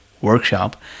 workshop